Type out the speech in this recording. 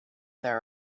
there